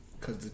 Cause